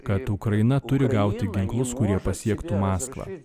kad ukraina turi gauti ginklus kurie pasiektų maskvą ir